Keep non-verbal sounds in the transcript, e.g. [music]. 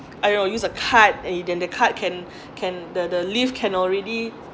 I you know use a card and then the card can [breath] can the the lift can already